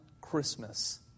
Christmas